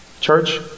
Church